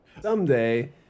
Someday